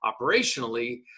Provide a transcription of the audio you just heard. operationally